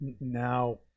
now